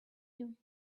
you